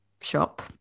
shop